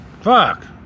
Fuck